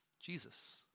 Jesus